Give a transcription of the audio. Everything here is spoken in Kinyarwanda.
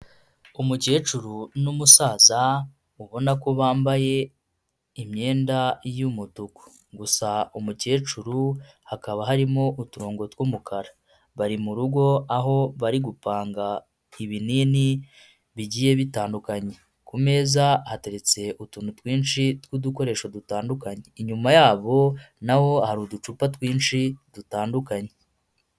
Umukecuru n'umusaza, ubona ko bambaye imyenda y'umutuku. Gusa umukecuru hakaba harimo uturongo tw'umukara. Bari mu rugo aho bari gupanga ibinini bigiye bitandukanye. Ku meza hateretse utuntu twinshi tw'udukoresho dutandukanye. Inyuma yabo na ho hari uducupa twinshi dutandukanye.